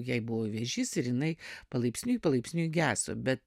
jai buvo vėžys ir jinai palaipsniui palaipsniui geso bet